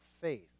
faith